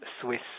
Swiss